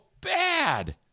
bad